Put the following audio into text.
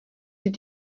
die